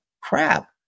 crap